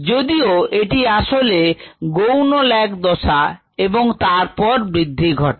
যদিও এটি আসলে secondary lag দশা এবং তারপর বৃদ্ধি ঘটে